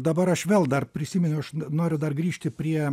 dabar aš vėl dar prisiminiau aš noriu dar grįžti prie